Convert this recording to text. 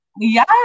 yes